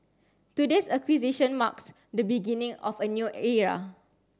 today's acquisition marks the beginning of a new era